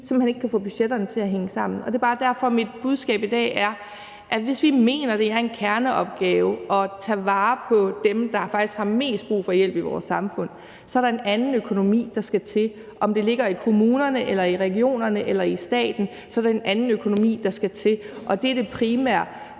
hen ikke kan få budgetterne til at hænge sammen. Det er bare derfor, mit budskab i dag er, at hvis vi mener, det er en kerneopgave at tage vare på dem, der faktisk har mest brug for hjælp i vores samfund, så er det en anden økonomi, der skal til. Om det ligger i kommunerne eller i regionerne eller i staten, vil det være en anden økonomi, der skal til, og det er det primære.